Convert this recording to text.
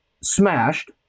smashed